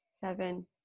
seven